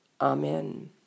Amen